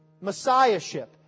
messiahship